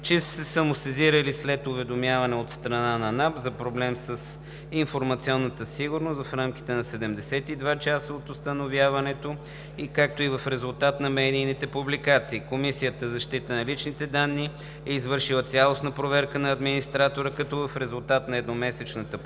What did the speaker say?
са се самосезирали след уведомяване от страна на НАП за проблем с информационната сигурност в рамките на 72 часа от установяването, както и в резултат на медийни публикации. Комисията за защита на личните данни е извършила цялостна проверка на администратора, като в резултат на едномесечната проверка